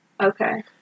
Okay